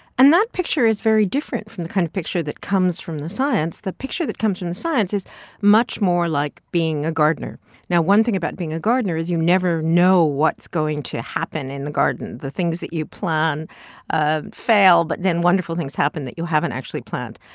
and that picture is very different from the kind of picture that comes from the science. the picture that comes from the science is much more like being a gardener now, one thing about being a gardener is you never know what's going to happen in the garden. the things that you plan ah fail but then wonderful things happen that you haven't actually planned.